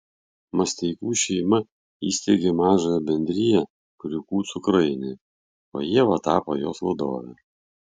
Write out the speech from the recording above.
masteikų šeima įsteigė mažąją bendriją kriūkų cukrainė o ieva tapo jos vadove